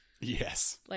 Yes